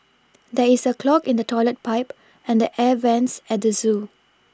there is a clog in the toilet pipe and the air vents at the zoo